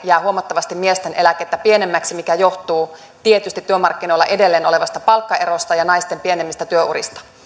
jää huomattavasti miesten eläkettä pienemmäksi mikä johtuu tietysti työmarkkinoilla edelleen olevasta palkkaerosta ja naisten pienemmistä työurista